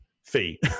Fee